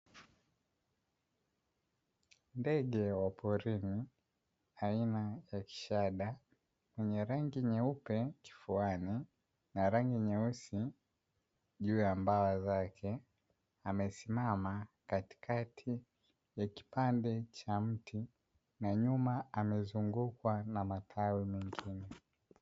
Ndege wa porini aina ya kishada wenye rangi nyeupe kifuani na rangi nyeusi juu ya mbawa zake, amesimama katikati ya kipande cha mti na nyuma amezungukwa na matawi mengine.